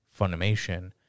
Funimation